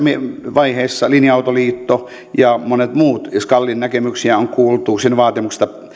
vaiheessa linja autoliitto ja monet muut skalin näkemyksiä on kuultu ja sen vaatimuksesta